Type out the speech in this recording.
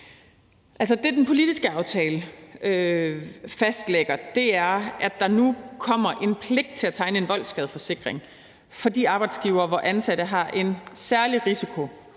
det, den politiske aftale fastlægger, er, at der nu kommer en pligt til at tegne en voldsskadeforsikring for de arbejdsgivere, hvis ansatte har en særlig risiko